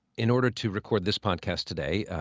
in order to record this podcast today,